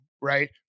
Right